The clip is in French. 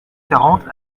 quarante